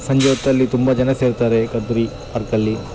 ಸಂಜೆ ಹೊತ್ತಲ್ಲಿ ತುಂಬ ಜನ ಸೇರ್ತಾರೆ ಕದ್ರಿ ಪಾರ್ಕಲ್ಲಿ